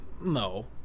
No